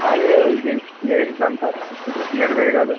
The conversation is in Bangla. আরে ওই যে সিএ এক্সামটা তো তো ক্লিয়ার হয়ে গেল